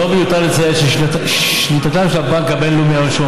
לא מיותר לציין ששליטתם של הבנק הבינלאומי הראשון